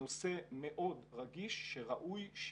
נושא מאוד רגיש שראוי,